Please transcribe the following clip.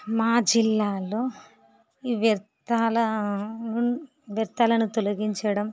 మా జిల్లాలో ఈ వ్యర్థాల ఉన్ వ్యర్థాలను తొలగించడం